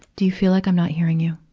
do you feel like i'm not hearing you?